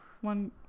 One